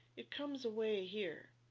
it comes away here